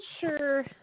sure